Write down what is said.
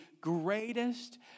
greatest